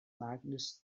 magnus